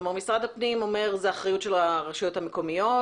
כלומר משרד הפנים אומר שזו אחריות של הרשויות המקומיות,